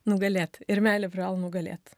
nugalėt ir meilė privalo nugalėt